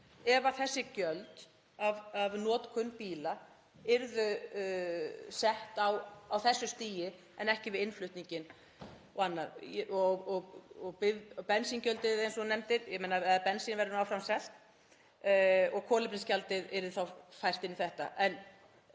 ef þessi gjöld af notkun bíla yrðu sett á þessu stigi en ekki við innflutninginn og annað. Bensíngjaldið, eins og hv. þingmaður nefndi, bensín verður áfram selt, og kolefnisgjaldið yrðu þá færð inn í þetta.